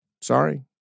Sorry